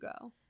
go